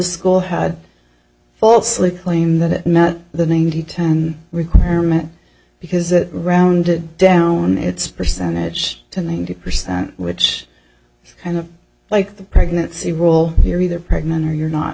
school had falsely claim that it met the ninety ten requirement because it rounded down its percentage to ninety percent which is kind of like the pregnancy roll here either pregnant or you're not